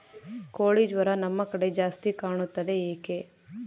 ಕೋಳಿ ಜ್ವರ ನಮ್ಮ ಕಡೆ ಜಾಸ್ತಿ ಕಾಣುತ್ತದೆ ಏಕೆ?